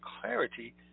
clarity